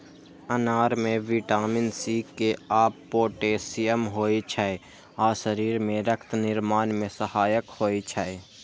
अनार मे vitamin C, K आ पोटेशियम होइ छै आ शरीर मे रक्त निर्माण मे सहायक होइ छै